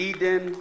Eden